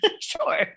Sure